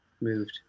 moved